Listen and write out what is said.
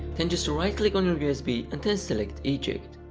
then just right click on your usb and then select eject,